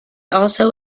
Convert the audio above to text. also